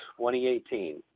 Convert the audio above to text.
2018